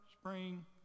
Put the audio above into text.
spring